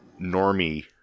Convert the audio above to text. normie